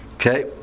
Okay